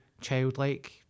childlike